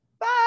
bye